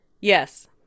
Yes